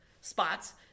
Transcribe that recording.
spots